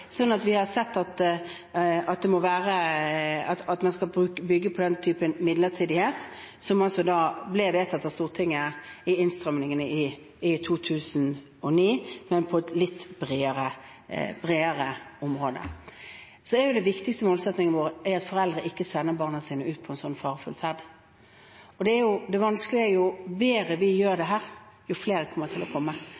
at man skal bygge på den typen midlertidighet som ble vedtatt av Stortinget ved innstramningene i 2009, men på et litt bredere område. Den viktigste målsettingen vår er at foreldre ikke sender barna sine ut på en sånn farefull ferd. Det vanskelige er at jo bedre vi gjør det her, jo